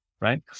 right